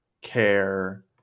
care –